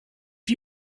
you